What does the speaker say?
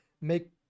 make